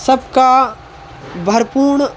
सबका भरपूर्ण